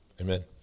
Amen